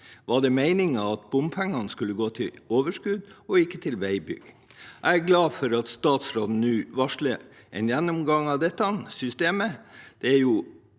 Var det meningen at bompengene skulle gå til overskudd og ikke til veibygging? Jeg er glad for at statsråden nå varsler en gjennomgang av dette systemet.